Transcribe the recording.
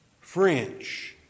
French